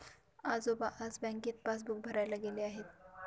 आजोबा आज बँकेत पासबुक भरायला गेले आहेत